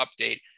update